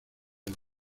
los